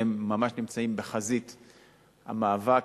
שנמצאים ממש בחזית המאבק.